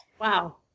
wow